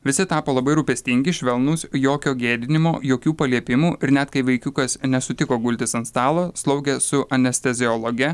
visi tapo labai rūpestingi švelnūs jokio gėdinimo jokių paliepimų ir net kai vaikiukas nesutiko gultis ant stalo slaugė su anesteziologe